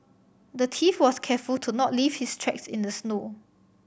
the thief was careful to not leave his tracks in the snow